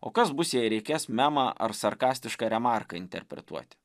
o kas bus jei reikės memą ar sarkastišką remarką interpretuoti